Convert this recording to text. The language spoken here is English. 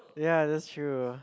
ya that's true